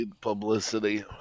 publicity